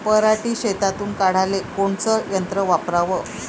पराटी शेतातुन काढाले कोनचं यंत्र वापराव?